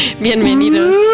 Bienvenidos